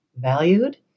valued